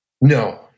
No